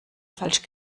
falsch